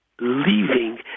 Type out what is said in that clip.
leaving